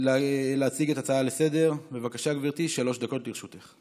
נחזור להצעה לסדר-היום בנושא: היערכות מחלקות הרווחה בתקופת הסגר,